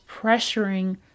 pressuring